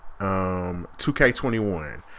2K21